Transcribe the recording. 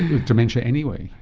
with dementia anyway.